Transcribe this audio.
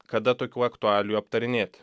kada tokių aktualijų aptarinėt